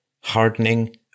hardening